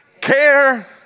care